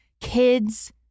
kids